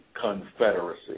confederacy